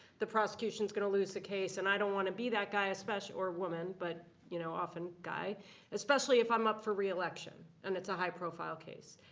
the prosecution is going to lose the case. and i don't want to be that guy or woman, but you know often guy especially if i'm up for reelection and it's a high-profile case.